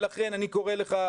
לכן אני קורא לך,